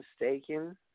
mistaken